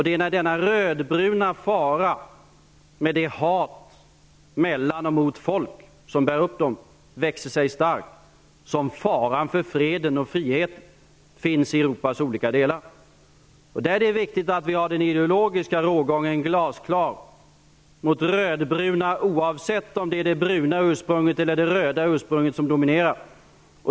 Det är när denna rödbruna fara, med det hat mellan och mot folk som bär upp den, växer sig stark som faran för freden och friheten i Europas olika delar finns. Där är det viktigt att vi har den ideologiska rågången glasklar mot de rödbruna, oavsett om det är det bruna ursprunget eller det röda ursprunget som dominerar.